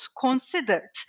considered